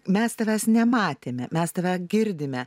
mes tavęs nematėme mes tave girdime